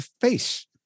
face